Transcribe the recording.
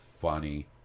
funny